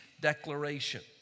declaration